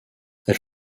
elles